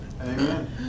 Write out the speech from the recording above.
Amen